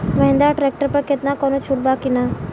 Mahindra tractor पर केतना कौनो छूट बा कि ना?